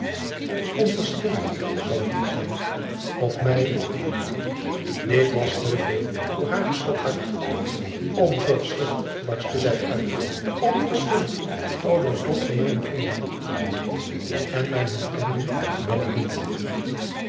onverschillig zal het u zijn of mij dit was te veel voor haar geschokt hart onverschillig barstte zij uit onverschillig over het lot van mijne vrienden en mijne bekenden ben ik niet